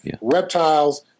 Reptiles